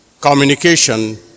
Communication